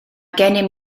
gennym